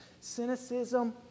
Cynicism